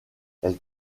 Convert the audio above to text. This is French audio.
elle